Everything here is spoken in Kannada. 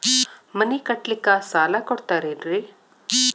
ಮನಿ ಕಟ್ಲಿಕ್ಕ ಸಾಲ ಕೊಡ್ತಾರೇನ್ರಿ?